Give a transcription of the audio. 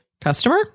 customer